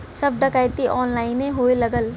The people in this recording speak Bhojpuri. सब डकैती ऑनलाइने होए लगल